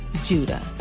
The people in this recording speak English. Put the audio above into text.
judah